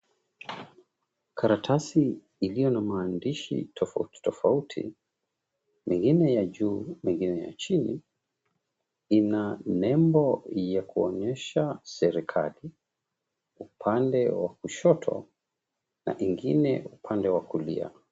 Karatasi iliyo na maandishi tofauti tofauti, mengine ya juu mengine ya chini ina nembo ya kuonyesha serikali upande wa kushoto na ingine upande wa kulia.